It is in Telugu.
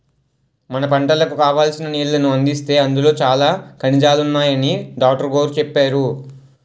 మన పంటలకు కావాల్సిన నీళ్ళను అందిస్తే అందులో చాలా ఖనిజాలున్నాయని డాట్రుగోరు చెప్పేరు